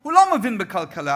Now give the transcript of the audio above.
הוא לא מבין בכלכלה,